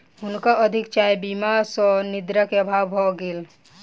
हुनका अधिक चाय पीबा सॅ निद्रा के अभाव भ गेल